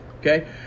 Okay